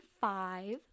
five